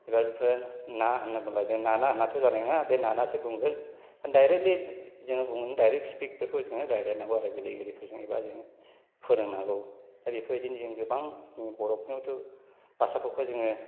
एबा बिफोर ना होनोब्ला जोङो ना ना होनब्लाथ' जानाय नङा बे ना नासो बुंगोन डायरेकलि जोङो बुङो स्पिकफोरखौ जों रायज्लायनांगौ आरो गोरलै गोरलैफोरजों एबा जोङो फोरोंनांगौ दा बेफोरबायदिनो जों गोबां जोंनि बर'फोरनावथ' भाषाफोरखौहाय जोङो